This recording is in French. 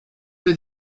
les